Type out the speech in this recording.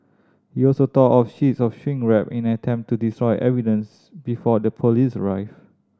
he also tore off sheets of shrink wrap in an attempt to destroy evidence before the police arrived